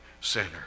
sinner